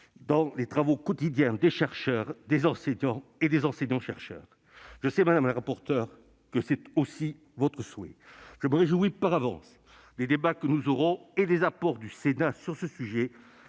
dans les travaux quotidiens des chercheurs, des enseignants et des enseignants-chercheurs. Je sais, madame la rapporteure, que c'est aussi votre souhait. Je me réjouis par avance des débats que nous aurons et des apports du Sénat sur ce sujet